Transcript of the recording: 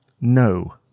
No